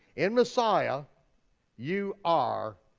in messiah you are